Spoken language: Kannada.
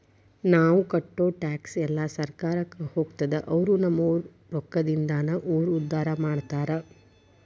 ನಾವ್ ಕಟ್ಟೋ ಟ್ಯಾಕ್ಸ್ ಎಲ್ಲಾ ಸರ್ಕಾರಕ್ಕ ಹೋಗ್ತದ ಅವ್ರು ನಮ್ ರೊಕ್ಕದಿಂದಾನ ಊರ್ ಉದ್ದಾರ ಮಾಡ್ತಾರಾ